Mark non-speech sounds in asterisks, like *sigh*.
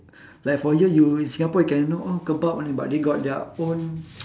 like for here you in singapore you can know oh kebab only but they got their own *noise*